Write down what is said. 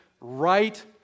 right